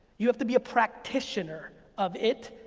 you have to be a practitioner of it,